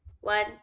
One